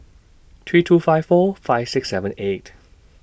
three two five four five six seven eight